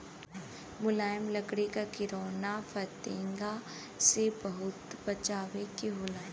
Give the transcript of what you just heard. मुलायम लकड़ी क किरौना फतिंगा से बहुत बचावे के होला